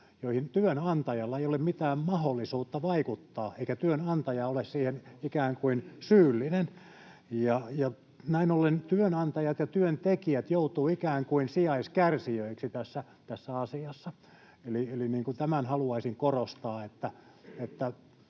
joihin työnantajalla ei ole mitään mahdollisuutta vaikuttaa, eikä työnantaja ole siihen ikään kuin syyllinen. Näin ollen työnantajat ja työntekijät joutuvat ikään kuin sijaiskärsijöiksi tässä asiassa. Eli tätä haluaisin korostaa,